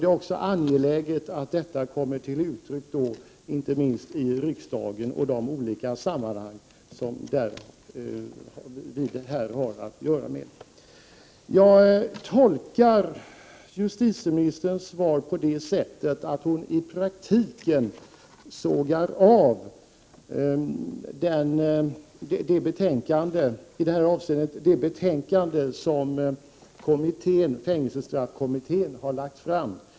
Det är angeläget att den kommer fram i olika sammanhang inte minst här i riksdagen. Jag tolkar justitieministerns svar så, att hon i praktiken sågar av fängelsestraffkommitténs betänkande i detta avseende.